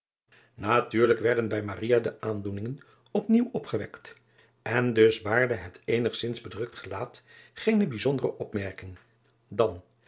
atuurlijk werden bij de aandoeningen op nieuw opgewekt en dus baarde het eenigzins bedrukt gelaat geene bijzondere opmerking dan